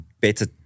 better